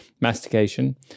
mastication